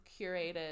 curated